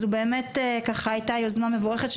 זו באמת הייתה יוזמה מבורכת.